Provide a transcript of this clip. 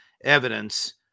evidence